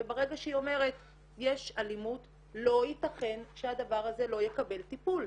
וברגע שהיא אומרת "יש אלימות" לא ייתכן שהדבר הזה לא יקבל טיפול.